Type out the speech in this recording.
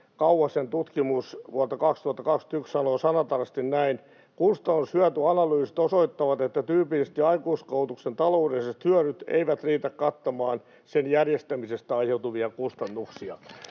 Kauhasen tutkimus vuodelta 2021 sanoo sanatarkasti näin: ”Kustannus—hyöty-analyysit osoittavat, että tyypillisesti aikuiskoulutuksen taloudelliset hyödyt eivät riitä kattamaan sen järjestämisestä aiheutuvia kustannuksia.”